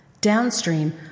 Downstream